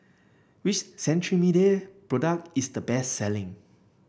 which Cetrimide product is the best selling